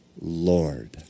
Lord